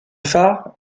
phare